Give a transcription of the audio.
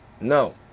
No